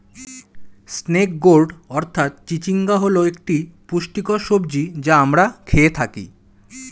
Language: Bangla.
স্নেক গোর্ড অর্থাৎ চিচিঙ্গা হল একটি পুষ্টিকর সবজি যা আমরা খেয়ে থাকি